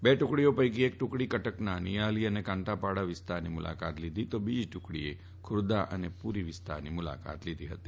બે ટુકડીઓ પૈકી એક ટુકડીએ કટકના નિયાલી અને કાંતાપાડા વિસ્તારની મુલાકાત લીધી જયારે બીજી ટુકડીએ ખુરદા અને પુરી વિસ્તારની મુલાકાત લીધી હતી